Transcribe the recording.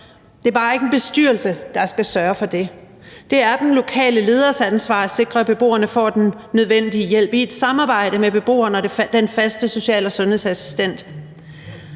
Det er bare ikke en bestyrelse, der skal sørge for det. Det er den lokale leders ansvar at sikre, at beboerne får den nødvendige hjælp, i et samarbejde med beboeren og den faste social- og sundhedsassistent.